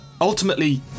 ultimately